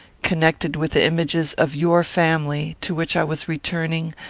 connected with the images of your family, to which i was returning,